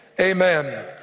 Amen